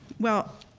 well,